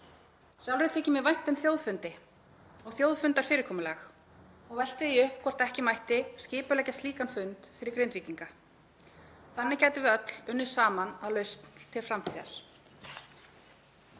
Sjálfri þykir mér vænt um þjóðfundi og þjóðfundarfyrirkomulag og velti því upp hvort ekki mætti skipuleggja slíkan fund fyrir Grindvíkinga. Þannig gætum við öll unnið saman að lausn til framtíðar.